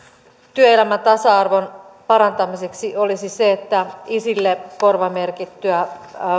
työelämätasa arvon parantamiseksi olisi se että isille korvamerkittyä